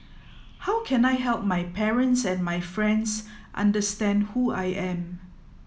how can I help my parents and my friends understand who I am